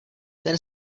ten